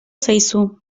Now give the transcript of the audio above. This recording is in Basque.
zaizu